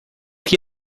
que